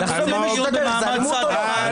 אני יוצאת אבל יש פה אנשים ששמעת רק מצד אחד של מחאות,